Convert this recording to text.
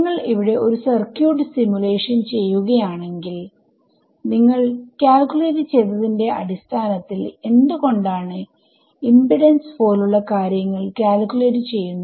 നിങ്ങൾ ഇവിടെ ഒരു സർക്യൂട്ട് സിമുലേഷൻ ചെയ്യുകയാണെങ്കിൽ നിങ്ങൾ കാൽക്യൂലേറ്റ് ചെയ്തതിന്റെ അടിസ്ഥാനത്തിൽ എന്ത് കൊണ്ടാണ് ഇമ്പിഡൻസ് പോലുള്ള കാര്യങ്ങൾ കാൽക്യൂലേറ്റ് ചെയ്യുന്നത്